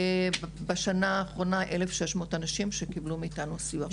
בשנה האחרונה 1,600 אנשים קיבלו מאיתנו סיוע.